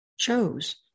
chose